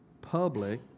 public